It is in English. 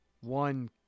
one